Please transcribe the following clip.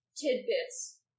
tidbits